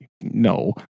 no